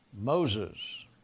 Moses